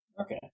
Okay